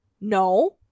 No